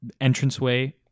entranceway